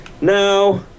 No